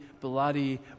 bloody